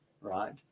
right